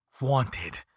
wanted